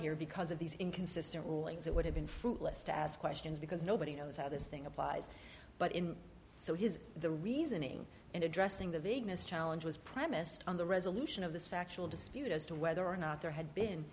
your because of these inconsistent rulings it would have been fruitless to ask questions because nobody knows how this thing applies but in so his the reasoning in addressing the vagueness challenge was premised on the resolution of this factual dispute as to whether or not there had been